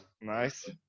Nice